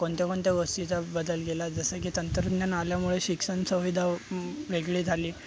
कोणत्या कोणत्या गोष्टीचा बदल केला जसं की तंत्रज्ञान आल्यामुळे शिक्षण सुविधा वेगळी झाली